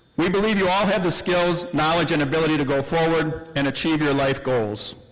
we believe you all have the skills, knowledge and ability to go forward and achieve your life goals.